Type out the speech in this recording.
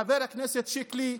חבר הכנסת שיקלי,